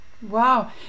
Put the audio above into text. Wow